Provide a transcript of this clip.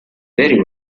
very